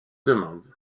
demande